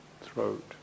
throat